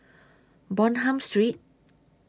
Bonham Street